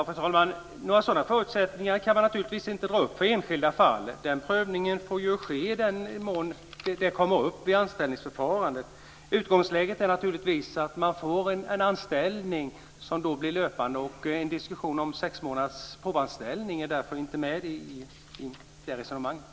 Fru talman! Några sådana förutsättningar kan man naturligtvis inte dra upp för enskilda fall. Den prövningen får ske i den mån det kommer upp vid anställningsförfarandet. Utgångsläget är naturligtvis att man får en anställning som blir löpande, och en diskussion om sex månaders provanställning är därför inte med i det här resonemanget.